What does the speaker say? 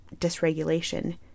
dysregulation